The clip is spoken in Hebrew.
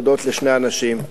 להודות לשני אנשים.